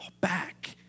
back